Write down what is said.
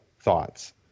thoughts